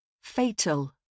Fatal